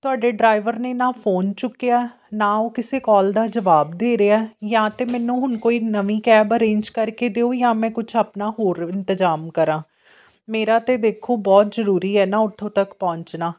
ਤੁਹਾਡੇ ਡਰਾਈਵਰ ਨੇ ਨਾ ਫੋਨ ਚੁੱਕਿਆ ਨਾ ਉਹ ਕਿਸੇ ਕਾਲ ਦਾ ਜਵਾਬ ਦੇ ਰਿਹਾ ਜਾਂ ਤਾਂ ਮੈਨੂੰ ਹੁਣ ਕੋਈ ਨਵੀਂ ਕੈਬ ਅਰੇਂਜ ਕਰਕੇ ਦਿਓ ਜਾਂ ਮੈਂ ਕੁਛ ਆਪਣਾ ਹੋਰ ਇੰਤਜ਼ਾਮ ਕਰਾਂ ਮੇਰਾ ਤਾਂ ਦੇਖੋ ਬਹੁਤ ਜ਼ਰੂਰੀ ਹੈ ਨਾ ਉੱਥੋਂ ਤੱਕ ਪਹੁੰਚਣਾ